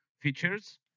features